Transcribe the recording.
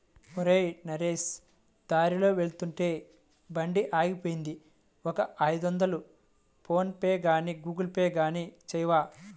ఒరేయ్ నరేష్ దారిలో వెళ్తుంటే బండి ఆగిపోయింది ఒక ఐదొందలు ఫోన్ పేగానీ గూగుల్ పే గానీ చేయవా